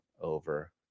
over